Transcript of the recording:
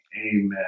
Amen